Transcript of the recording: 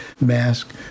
mask